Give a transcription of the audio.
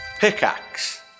pickaxe